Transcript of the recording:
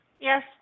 Yes